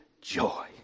joy